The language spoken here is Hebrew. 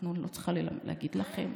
אני לא צריכה להגיד לכם,